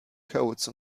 codes